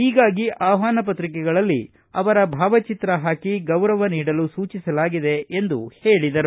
ಹೀಗಾಗಿ ಆಹ್ವಾನ ಪತ್ರಿಕೆಗಳಲ್ಲಿ ಅವರ ಭಾವಚಿತ್ರ ಹಾಕಿ ಗೌರವ ನೀಡಲು ಸೂಚಿಸಲಾಗಿದೆ ಎಂದರು